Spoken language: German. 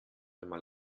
einmal